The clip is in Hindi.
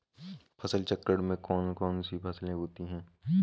फसल चक्रण में कौन कौन सी फसलें होती हैं?